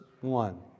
one